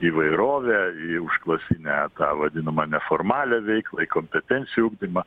įvairovę į užklasinę vadinamą neformalią veiklą į kompetencijų ugdymą